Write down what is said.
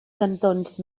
cantons